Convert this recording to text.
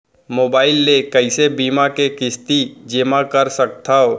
Mobile ले कइसे बीमा के किस्ती जेमा कर सकथव?